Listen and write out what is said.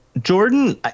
Jordan